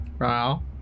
Wow